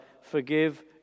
forgive